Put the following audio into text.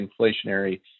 inflationary